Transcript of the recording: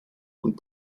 und